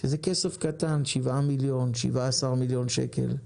שזה כסף קטן, 7 מיליון, 17 מיליון שקל,